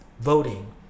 voting